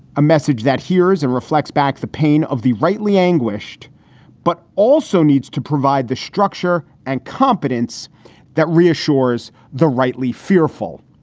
a message that hears and reflects back the pain of the rightly anguished but also needs to provide the structure and competence that reassures the rightly fearful.